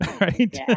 right